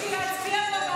מנעו ממך בשביל להצביע,